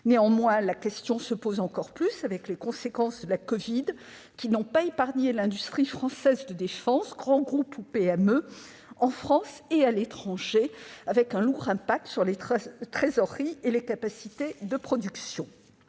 Néanmoins, la question se pose encore plus avec les conséquences de la covid, qui n'ont pas épargné l'industrie française de défense, grands groupes ou PME, en France et à l'étranger, avec un lourd impact sur les trésoreries et les capacités de production.